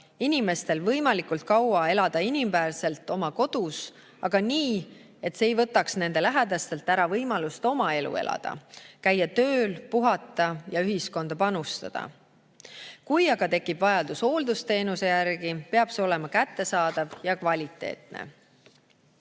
inimestel võimalikult kaua elada inimväärselt oma kodus, aga nii, et see ei võtaks nende lähedastelt ära võimalust oma elu elada – käia tööl, puhata ja ühiskonda panustada. Kui aga tekib vajadus hooldusteenuse järele, peab see olema kättesaadav ja kvaliteetne.